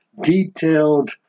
detailed